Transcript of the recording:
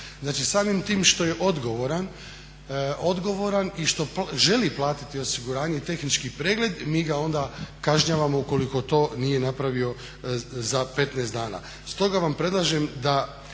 samim tim što je odgovoran i što želi platiti osiguranje i tehnički pregled, mi ga onda kažnjavamo ukoliko to nije napravio za 15 dana.